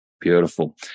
Beautiful